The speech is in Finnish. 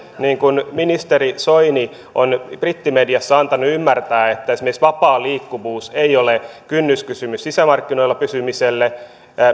niin kuin ministeri soini on brittimediassa antanut ymmärtää esimerkiksi vapaa liikkuvuus ei ole kynnyskysymys sisämarkkinoilla pysymiselle